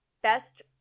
Best